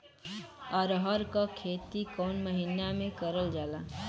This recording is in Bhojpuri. अरहर क खेती कवन महिना मे करल जाला?